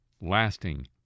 lasting